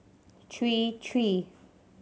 three three